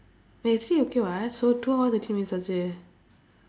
they say okay [what] so two hours actually means